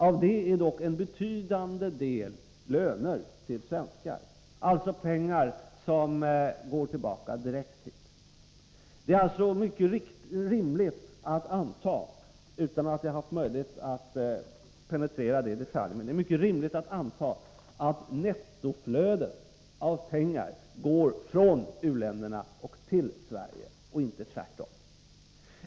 Av detta är dock en betydande del löner till svenskar, alltså pengar som går direkt tillbaka hit. Det är alltså mycket rimligt att anta — även om jag inte har haft möjlighet att penetrera detta i detalj — att nettoflödet av pengar går från u-länderna till Sverige och inte tvärtom.